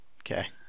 Okay